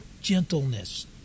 gentleness